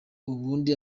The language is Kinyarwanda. ubundi